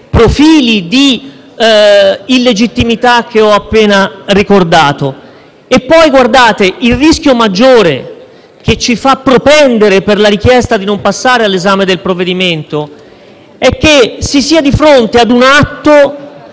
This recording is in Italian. profili di illegittimità che ho appena ricordato. E poi guardate, il rischio maggiore, che ci fa propendere per la richiesta di non passare all'esame del provvedimento, è che si sia di fronte ad un atto